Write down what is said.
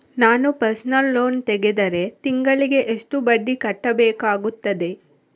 ನಾನು personal loan ತೆಗೆದರೆ ತಿಂಗಳಿಗೆ ಎಷ್ಟು ಬಡ್ಡಿ ಕಟ್ಟಬೇಕಾಗುತ್ತದೆ?